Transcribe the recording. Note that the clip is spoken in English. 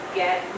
get